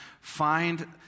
Find